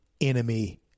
enemy